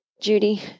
Judy